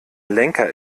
lenker